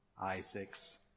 Isaac's